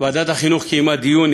ועדת החינוך קיימה דיון,